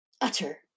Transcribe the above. utter